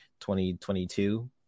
2022